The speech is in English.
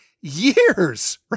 years